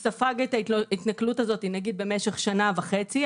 הוא ספג את ההתנכלות הזאת נגיד במשך שנה וחצי,